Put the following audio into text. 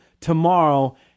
tomorrow